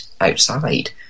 outside